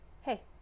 hey